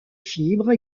fibres